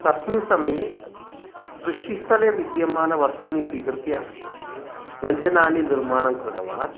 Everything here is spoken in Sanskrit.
तस्मिन् समये कृषिस्थले विद्यमानानि वस्तूनि स्वीकृत्य व्यञ्जनानि निर्माणं कृतवान्